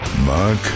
Mark